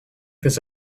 this